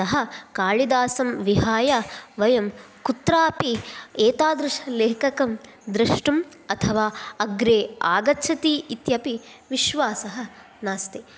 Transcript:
अतः काळिदासं विहाय वयं कुत्रापि एतादृशलेखकं द्रष्टुम् अथवा अग्रे आगच्छति इत्यपि विश्वासः नास्ति